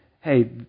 hey